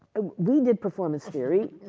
we did performance theory,